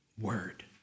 word